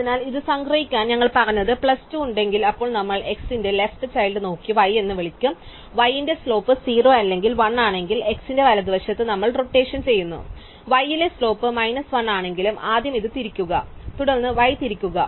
അതിനാൽ ഇത് സംഗ്രഹിക്കാൻ ഞങ്ങൾ പറഞ്ഞത് പ്ലസ് 2 ഉണ്ടെങ്കിൽ അപ്പോൾ നമ്മൾ x ന്റെ ലെഫ്റ് ചൈൽഡ് നോക്കി y എന്ന് വിളിക്കുക y ന്റെ സ്ലോപ്പ് 0 അല്ലെങ്കിൽ 1 ആണെങ്കിൽ x ന്റെ വലതുവശത്ത് നമ്മൾ റോടേഷൻ ചെയുന്നു y ലെ സ്ലോപ്പ് മൈനസ് 1 ആണെങ്കിൽ ആദ്യം ഇത് തിരിക്കുക തുടർന്ന് y തിരിക്കുക